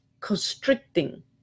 constricting